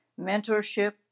mentorship